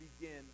begin